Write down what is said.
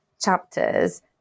chapters